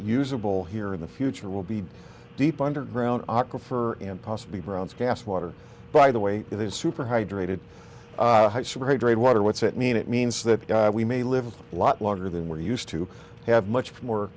usable here in the future will be deep underground aquifer and possibly brown's gas water by the way in super hydrated water what's that mean it means that we may live a lot longer than we're used to have much more